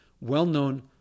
well-known